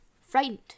frightened